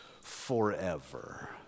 forever